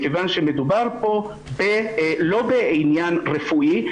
מכיוון שמדובר פה לא בעניין רפואי,